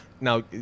Now